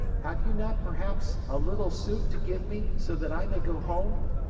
have you not, perhaps, a little suit to give me, so that i may go home?